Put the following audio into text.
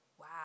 Wow